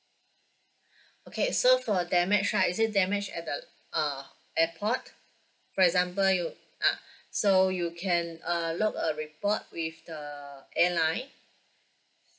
okay so for damage right is it damage at the uh airport for example you ah so you can uh log a report with the airline